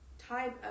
Type